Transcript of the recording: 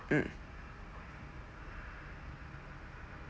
mm